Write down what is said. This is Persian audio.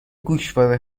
گوشواره